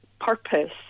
purpose